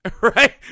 Right